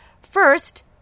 First